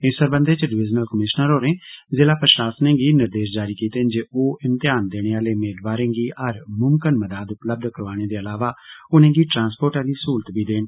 इस सरबंधे च डिविजनल कमीषनर होरें जिला प्रषासनें गी निर्देष जारी कीते न जे ओ इम्तेयानें देने आह्ले मेदवारें गी हर मुमकन मदाद उपलब्ध करोआने दे अलावा उनेंगी ट्रांसपोर्ट आह्ली सहूलत बी देन